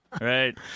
Right